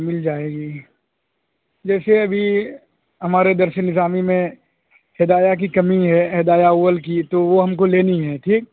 مل جائے گی جیسے ابھی ہمارے درسِ نظامی میں ہدایہ کی کمی ہے ہدایہِ اول کی تو وہ ہم کو لینی ہے ٹھیک